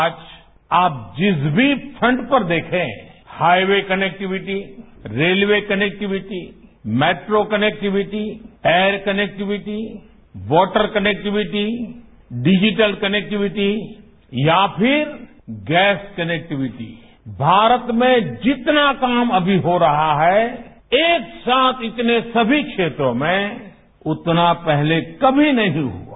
आज आप जिस भी फ्रंट पर देखे highway connectivity railway connectivity metro connectivity ether connectivity water connectivity digital connectivity या फिर गैस कनेक्टिविटी भारत में जितना काम अभी हो रहा है एक साथ इतने समी क्षेत्रों में उतना पहले कभी नहीं हुआ